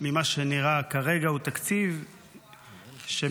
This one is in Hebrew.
ממה שנראה כרגע, הוא תקציב שמשקף